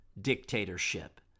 dictatorship